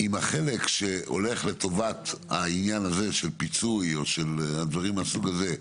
החלק שהולך לטובת העניין של פיצוי או לדברים מהסוג הזה,